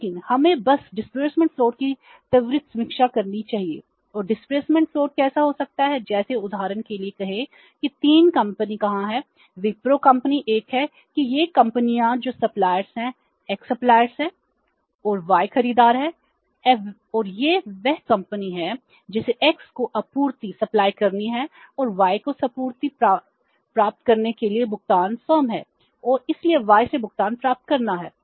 लेकिन हमें बस डिस्बर्समेंट फ्लोट है और y खरीदार है और यह वह कंपनी है जिसे x को आपूर्ति करनी है और y को आपूर्ति प्राप्त करने के लिए भुगतान फर्म है और इसलिए y से भुगतान प्राप्त करना है